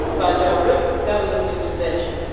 by direct government intervention.